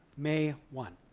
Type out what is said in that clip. may one.